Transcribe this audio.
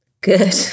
good